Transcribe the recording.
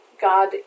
God